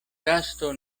gasto